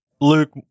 Luke